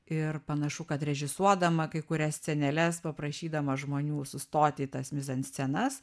ir panašu kad režisuodama kai kurias sceneles paprašydama žmonių sustot į tas mizenscenas